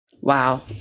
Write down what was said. Wow